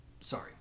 Sorry